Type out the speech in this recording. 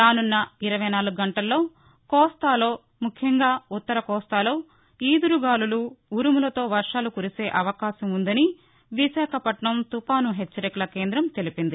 రానున్న ఇరవై నాలుగు గంటల్లో కోస్తాలో ముఖ్యంగా ఉ త్తర కోస్తాలో ఈదురుగాలులు ఉరుములతో వర్వాలు కురిసే అవకాశం వున్నదని విశాఖపట్నం తుఫాను హెచ్చరికల కేందం తెలిపింది